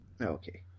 Okay